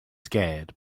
scared